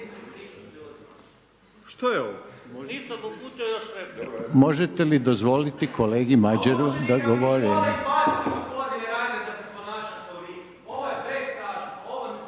Možete li dozvoliti kolegi Madjeru da govori.